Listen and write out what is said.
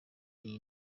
iyi